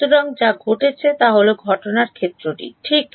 সুতরাং যা ঘটেছে তা হল ঘটনা ক্ষেত্রটি ঠিক